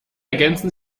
ergänzen